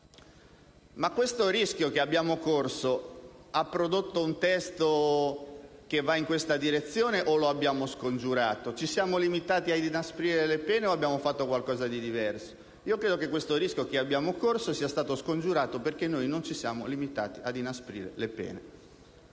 Ma questo rischio, che abbiamo corso, ha prodotto un testo che va in questa direzione oppure tale rischio è stato scongiurato? Ci siamo limitati ad inasprire le pene o abbiamo fatto qualcosa di diverso? Io credo che questo rischio, che abbiamo corso, sia stato scongiurato, perché non ci siamo limitati ad inasprire le pene.